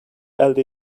elde